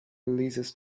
releases